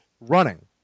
Running